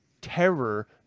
terror